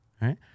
right